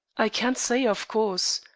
i can't say, of course.